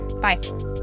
Bye